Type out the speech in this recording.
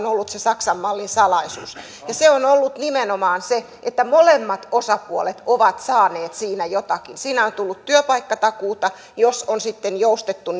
ollut se saksan mallin salaisuus se on ollut nimenomaan se että molemmat osapuolet ovat saaneet siinä jotakin siinä on tullut työpaikkatakuuta jos on sitten joustettu